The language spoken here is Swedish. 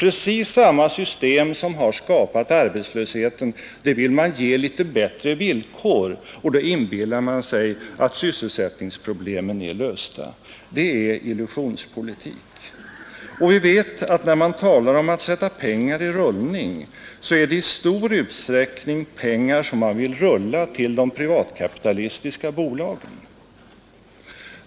Just det system som har skapat arbetslösheten vill man ge litet bättre villkor. Då inbillar man sig att sysselsättningsproblemen är lösta. Det är illusionspolitik. När man talar om att sätta pengar i rullning så gäller det pengar som man i stor utsträckning vill rulla till de privatkapitalistiska bolagen.